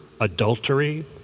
adultery